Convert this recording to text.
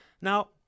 Now